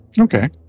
Okay